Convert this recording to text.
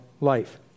life